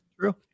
True